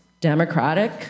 democratic